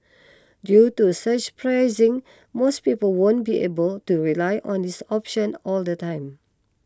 due to surge pricing most people won't be able to rely on this option all the time